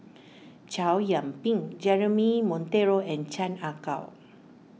Chow Yian Ping Jeremy Monteiro and Chan Ah Kow